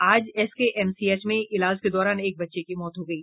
आज एसकेएमसीएच में इलाज के दौरान एक बच्चे की मौत हो गयी